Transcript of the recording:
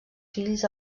fills